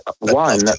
one